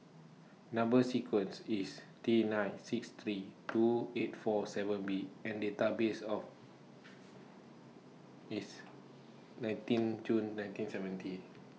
Number sequence IS T nine six three two eight four seven B and Date birth of IS nineteen June nineteen seventy